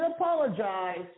apologize